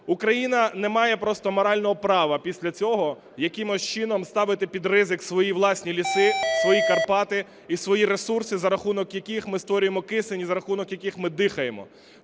Україна не має просто морального права після цього якимось чином ставити під ризик свої власні ліси, свої Карпати і свої ресурси, за рахунок яких ми створюємо кисень і за рахунок яких ми дихаємо.